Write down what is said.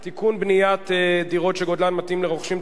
בניית דירות שגודלן מותאם לרוכשים צעירים),